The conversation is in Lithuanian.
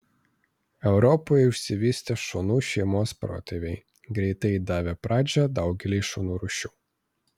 europoje išsivystė šunų šeimos protėviai greitai davę pradžią daugeliui šunų rūšių